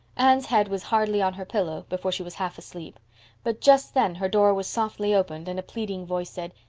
anne's head was hardly on her pillow before she was half asleep but just then her door was softly opened and a pleading voice said,